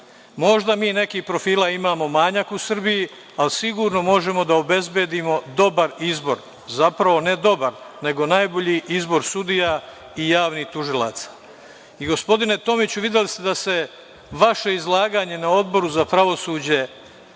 Možda mi nekih profila imamo manjak u Srbiji, ali sigurno možemo da obezbedimo dobar izbor, zapravo ne dobar, nego najbolji izbor sudija i javnih tužilaca. Gospodine Tomiću, videli ste da je vaše izlaganje na Odboru za pravosuđe